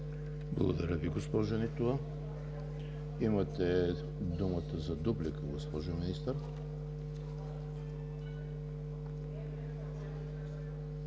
Благодаря Ви, господин Бошкилов. Имате думата за дуплика, госпожо Министър.